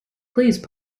please